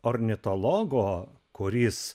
ornitologo kuris